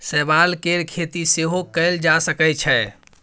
शैवाल केर खेती सेहो कएल जा सकै छै